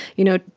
you know,